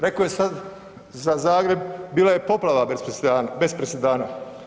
Rekao je sada za Zagreb bila je poplava bez presedana.